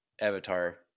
Avatar